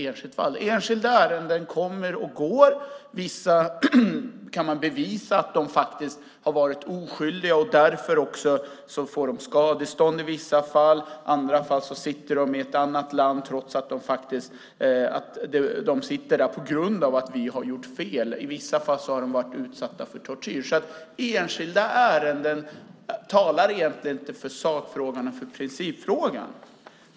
Enskilda ärenden kommer och går. I vissa fall kan man bevisa att personerna varit oskyldiga, och då får de i vissa fall skadestånd. I andra fall sitter de i något annat land på grund av att vi har gjort fel. I vissa fall har de blivit utsatta för tortyr. Enskilda ärenden talar inte för sakfrågan eller principfrågan.